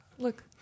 Look